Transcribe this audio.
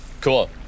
Cool